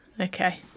Okay